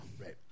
Right